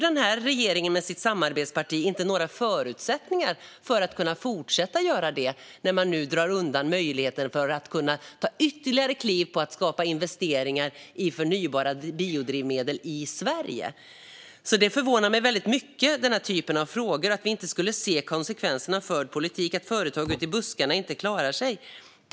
Den här regeringen och dess samarbetsparti ger inga förutsättningar för företag att fortsätta med detta när den nu drar undan möjligheten att ta ytterligare kliv för att skapa investeringar i förnybara biodrivmedel i Sverige. Frågor av den här typen, alltså att vi inte skulle se konsekvenserna av förd politik och att företag ute i buskarna inte klarar sig, förvånar mig väldigt mycket.